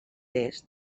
est